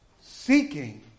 seeking